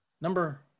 number